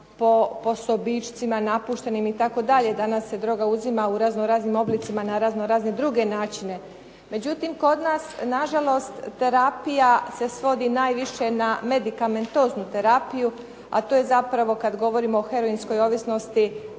po sobičcima napuštenim itd. Danas se droga uzima u raznoraznim oblicima, na raznorazne druge načine. Međutim kod nas na žalost terapija se svodi najviše na medikamentoznu terapiju, a to je zapravo kad govorimo o heroinskoj ovisnosti,